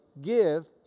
give